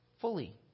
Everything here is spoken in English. fully